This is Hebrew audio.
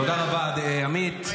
תודה רבה, עמית.